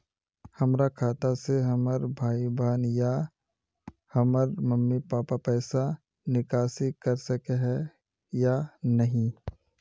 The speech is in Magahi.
हमरा खाता से हमर भाई बहन या हमर मम्मी पापा पैसा निकासी कर सके है या नहीं?